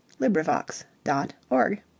LibriVox.org